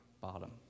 bottom